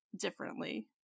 differently